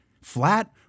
Flat